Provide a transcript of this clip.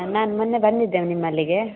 ನಾನು ಮೊನ್ನೆ ಬಂದಿದ್ದೆ ನಿಮ್ಮಲ್ಲಿಗೆ